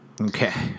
Okay